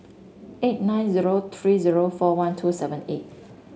eight nine zero three zero four one two seven eight